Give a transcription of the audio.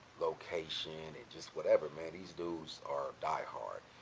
location and just whatever man these dudes are die hard.